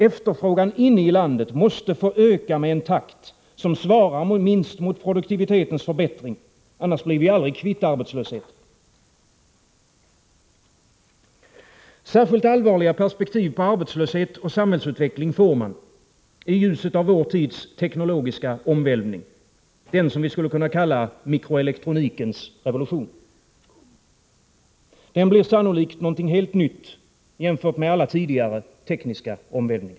Efterfrågan inne i landet måste få öka med en takt som svarar minst mot produktivitetens förbättring, annars blir vi aldrig kvitt arbetslösheten. Särskilt allvarliga perspektiv på arbetslöshet och samhällsutveckling får man i ljuset av vår tids teknologiska omvälvning, den som vi skulle kunna kalla mikroelektronikens revolution. Den blir sannolikt något helt nytt jämfört med alla tidigare tekniska omvälvningar.